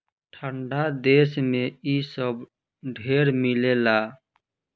ठंडा देश मे इ सब ढेर मिलेला